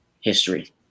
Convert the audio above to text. history